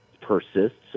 persists